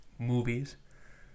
Movies